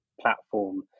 platform